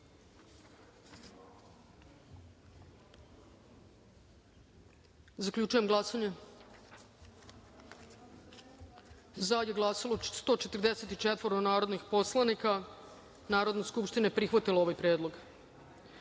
glasanje. Zaključujem glasanje: za je glasalo 144 narodnih poslanika. Narodna skupština je prihvatila ovaj predlog. Sada